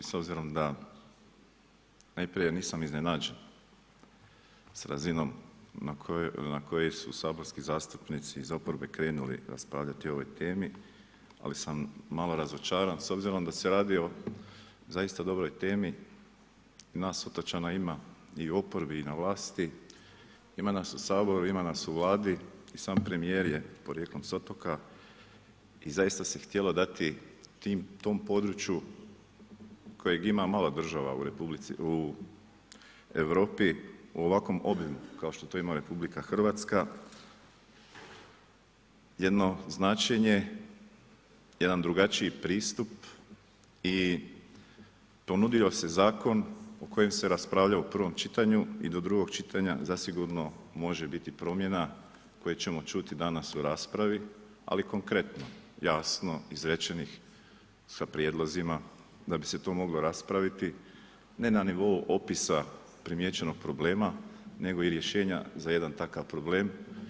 S obzirom da najprije nisam iznenađen s razinom na koji su saborski zastupnici zapravo krenuli raspravljati o ovoj temi, ali sam malo razočaran s obzirom da se radi zaista dobroj temi, nas otočana ima i u oporbi i na vlasti, ima nas u saboru, ima nas u Vladi, sam premjer je s jednog otoka i zaista se htjelo dati tom području kojeg ima mala država u Europi u ovakvim obim kao što to ima RH jedno značenje, jedan drugačiji pristup i ponudio se zakon koji se raspravlja u prvom čitanju i do drugog čitanja, zasigurno može biti promjena, koje ćemo čuti danas u raspravi, ali konkretno, jasno izrečenih sa prijedlozima, da bi se tu moglo raspraviti, ne na nivou opisa primijećenog problema, nego i rješenja za jedan takav problem.